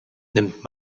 nimmt